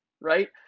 right